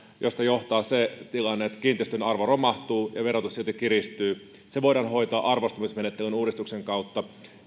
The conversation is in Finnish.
mistä johtuu se tilanne että kiinteistön arvo romahtaa ja verotus silti kiristyy voidaan hoitaa arvostamismenettelyn uudistuksen kautta